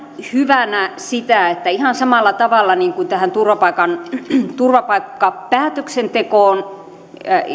hyvänä sitä että ihan samalla tavalla kuin tähän turvapaikkapäätöksentekoon